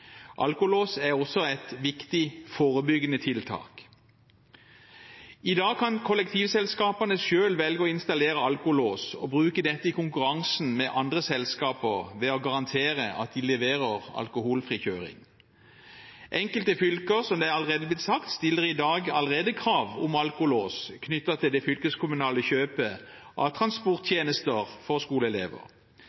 Alkolås er også et viktig forebyggende tiltak. I dag kan kollektivselskapene selv velge å installere alkolås og bruke dette i konkurransen med andre selskaper ved å garantere at de leverer alkoholfri kjøring. Enkelte fylker – som det allerede er blitt sagt – stiller allerede i dag krav om alkolås i forbindelse med det fylkeskommunale kjøpet av transporttjenester for skoleelever.